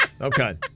Okay